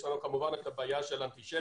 יש לנו כמובן את הבעיה של האנטישמיות,